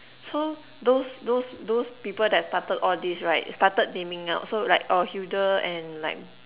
so those those those people that started all this right started naming out so like oh Hilda and like